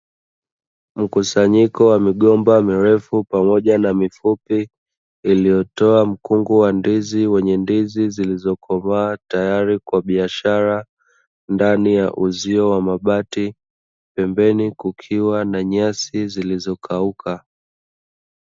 Mkusanyiko wa migomba mirefu pamoja na mifupi, iliyotoa mkungu wa ndizi wenye ndizi zilizokomaa tayari kwa biashara, ndani ya uzio wa mabati, pembeni kukiwa na nyasi zilizokauka.